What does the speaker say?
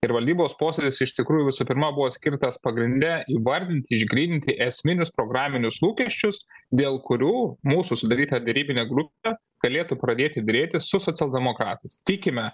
ir valdybos posėdis iš tikrųjų visų pirma buvo skirtas pagrinde įvardinti išgryninti esminius programinius lūkesčius dėl kurių mūsų sudaryta derybinė grupė galėtų pradėti derėtis su socialdemokratais tikime